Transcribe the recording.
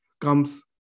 comes